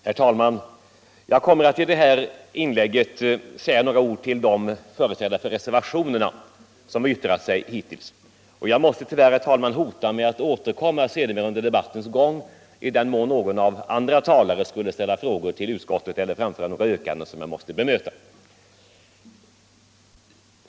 Herr talman! Jag kommer att i detta inlägg säga några ord till de företrädare för reservationerna som yttrat sig hittills. Jag måste tyvärr, herr talman, hota med att återkomma senare under debattens gång i den mån någon av de andra talarna skulle ställa frågor till utskottet eller framföra några yrkanden som jag måste bemöta.